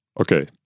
Okay